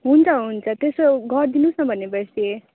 हुन्छ हुन्छ त्यसो गरिदिनुहोस् न भनेपछि